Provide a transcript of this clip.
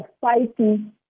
fighting